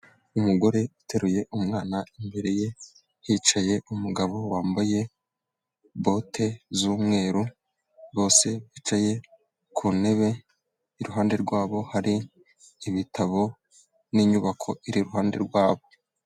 Umugore ateruye umwana, imbere ye hicaye umugabo wambaye bote z'umweru, bose bicaye ku ntebe, iruhande rwabo hari ibitabo n'inyubako iri iruhande rwabo.